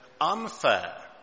unfair